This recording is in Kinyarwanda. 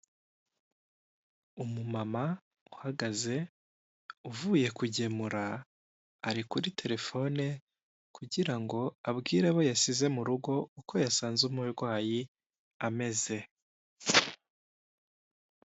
Umumama uhagaze, uvuye kugemura, ari kuri telefone, kugira ngo abwire abo yasize mu rugo uko yasanze umurwayi ameze.